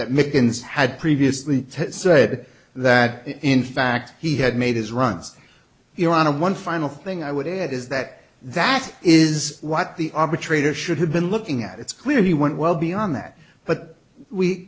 that mickens had previously said that in fact he had made his runs here on a one final thing i would add is that that is what the arbitrator should have been looking at it's clear he went well beyond that but we